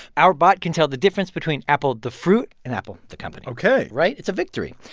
our bot can tell the difference between apple, the fruit, and apple, the company ok right? it's a victory.